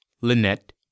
Lynette